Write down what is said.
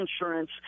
insurance